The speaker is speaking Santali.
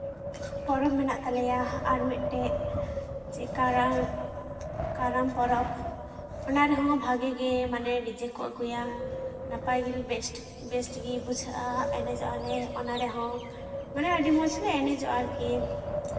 ᱯᱚᱨᱚᱵᱽ ᱢᱮᱱᱟᱜ ᱛᱟᱞᱮᱭᱟ ᱟᱨ ᱢᱤᱫᱴᱮᱡ ᱡᱮ ᱠᱟᱨᱟᱢ ᱠᱟᱨᱟᱢ ᱯᱚᱨᱚᱵᱽ ᱚᱱᱟ ᱨᱮᱦᱚᱸ ᱵᱷᱟᱜᱮ ᱜᱮ ᱢᱟᱱᱮ ᱰᱤᱡᱮ ᱠᱚ ᱟᱹᱜᱩᱭᱟ ᱱᱟᱯᱟᱭ ᱜᱮᱞᱮ ᱵᱮᱥᱴ ᱜᱮ ᱵᱩᱡᱷᱟᱹᱜᱼᱟ ᱮᱱᱮᱡᱚᱜᱼᱟ ᱞᱮ ᱚᱱᱟ ᱨᱮᱦᱚᱸ ᱢᱟᱱᱮ ᱟᱹᱰᱤ ᱢᱚᱡᱽ ᱞᱮ ᱮᱱᱮᱡᱚᱜᱼᱟ ᱟᱨᱠᱤ